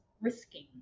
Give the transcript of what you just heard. risking